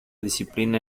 disciplina